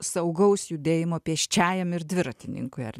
saugaus judėjimo pėsčiajam ir dviratininkui ar